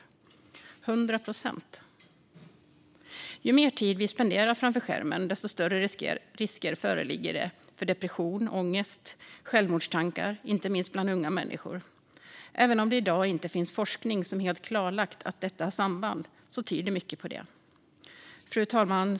100 procent! Ju mer tid vi spenderar framför skärmen, desto större risker föreligger det för depression, ångest och självmordstankar, inte minst bland unga människor. Även om det i dag inte finns forskning som helt klarlagt detta samband tyder mycket på det. Fru talman!